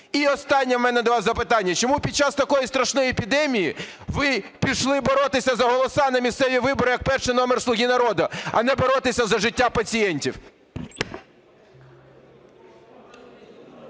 І останнє в мене до вас запитання. Чому під час такої страшної епідемії ви пішли боротися за голоси на місцеві вибори як перший номер "Слуги народу", а не боротися за життя пацієнтів?